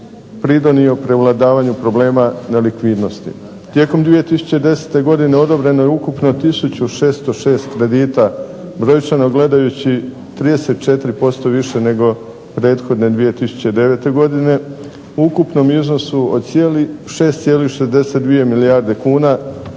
pridonio prevladavanju problema nelikvidnosti. Tijekom 2010. godine odobreno je ukupno 1606 kredita, brojčano gledajući 34% više nego prethodne 2009. godine u ukupnom iznosu od 6,62 milijarde kuna